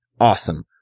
Awesome